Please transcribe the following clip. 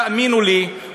תאמינו לי,